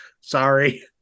sorry